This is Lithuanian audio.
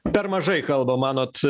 per mažai kalba manot